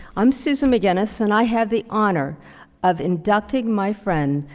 i'm susan mcguinness, and i have the honor of inducting my friend,